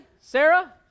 Sarah